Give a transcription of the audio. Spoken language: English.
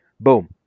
Boom